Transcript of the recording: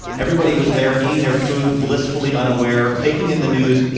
everybody was there eating their food, blissfully unaware, taking in the news.